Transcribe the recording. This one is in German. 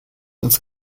ins